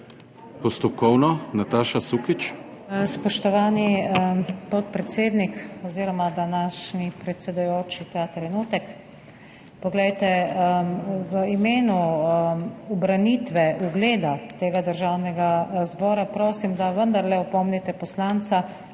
SUKIČ (PS Levica): Spoštovani podpredsednik oziroma današnji predsedujoči ta trenutek, poglejte. V imenu ubranitve ugleda tega Državnega zbora prosim, da vendarle opomnite poslanca,